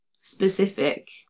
specific